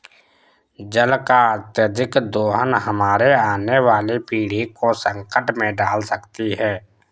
जल का अत्यधिक दोहन हमारे आने वाली पीढ़ी को संकट में डाल सकती है